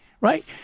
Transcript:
right